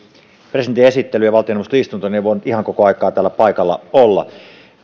presidentin esittely ja valtioneuvoston istunto niin etten voinut ihan koko aikaa täällä paikalla olla